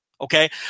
Okay